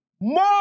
more